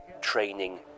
training